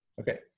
Okay